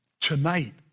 tonight